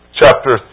chapter